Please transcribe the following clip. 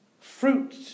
fruit